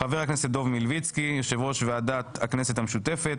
חבר הכנסת חנוך דב מלביצקי יושב ראש ועדת הכנסת המשותפת.